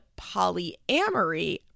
polyamory